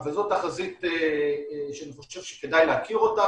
אבל זו תחזית שאני חושב שכדאי להכיר אותה.